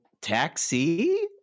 Taxi